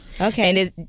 Okay